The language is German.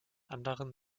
anderen